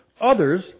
others